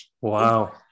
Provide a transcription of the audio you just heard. Wow